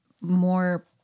more